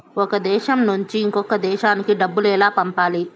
ఒక దేశం నుంచి ఇంకొక దేశానికి డబ్బులు ఎలా పంపాలి?